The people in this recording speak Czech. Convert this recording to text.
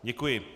Děkuji.